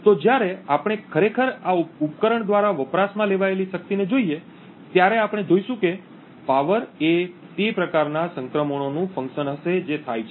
તો જ્યારે આપણે ખરેખર આ ઉપકરણ દ્વારા વપરાશમાં લેવાયેલી શક્તિને જોઈએ ત્યારે આપણે જોઈશું કે પાવર એ તે પ્રકારનાં સંક્રમણોનું ફંક્શન હશે જે થાય છે